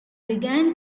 began